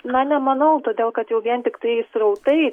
na nemanau todėl kad jau vien tiktai srautai